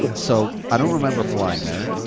like so i don't remember flying there.